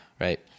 right